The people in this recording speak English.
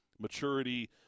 maturity